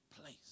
place